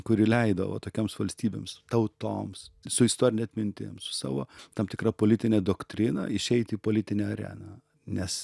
kuri leido va tokioms valstybėms tautoms su istorine atmintim su savo tam tikra politine doktrina išeiti į politinę areną nes